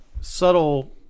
subtle